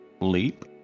Leap